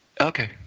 Okay